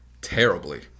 terribly